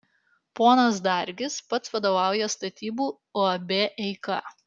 ponas dargis pats vadovauja statybų uab eika